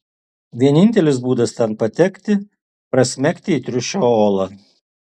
vienintelis būdas ten patekti prasmegti į triušio olą